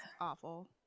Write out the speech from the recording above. awful